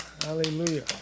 Hallelujah